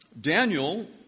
Daniel